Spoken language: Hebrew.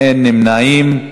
אין נמנעים.